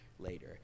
later